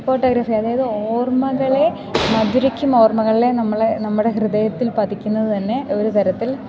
photography അതായത് ഓർമ്മകളെ മധുരിക്കും ഓർമ്മകളെ നമ്മളെ നമ്മുടെ ഹൃദയത്തിൽ പതിക്കുന്നത് തന്നെ ഒരു തരത്തിൽ